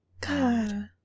God